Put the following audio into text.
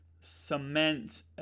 cement